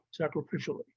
sacrificially